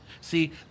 See